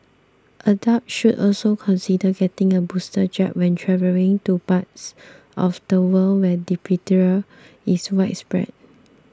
adults should also consider getting a booster jab when travelling to parts of the world where diphtheria is widespread